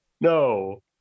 No